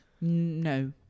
no